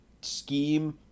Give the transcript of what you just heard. scheme